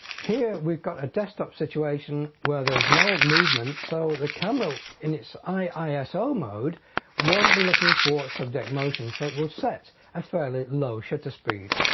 here we've got a desktop situation where there is no movement so the camera in it's iiso ah so mode won't be looking for subject motion so it would set a fairly low shutter speed.